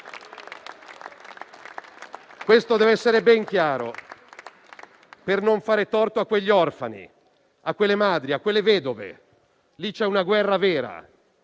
Questo dev'essere ben chiaro, per non fare torto a quegli orfani, a quelle madri e a quelle vedove. Lì c'è una guerra vera